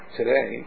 today